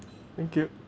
thank you